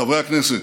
חברי הכנסת,